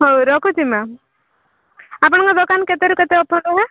ହଉ ରଖୁଛି ମ୍ୟାମ୍ ଆପଣଙ୍କ ଦୋକାନ କେତେରୁ କେତେ ଅଫର୍ ହୁଏ